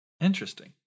Interesting